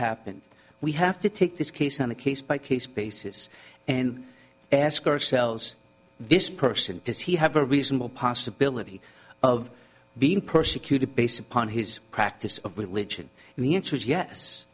happened we have to take this case on a case by case basis and ask ourselves this person does he have a reasonable possibility of being persecuted based upon his practice of religion and